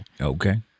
Okay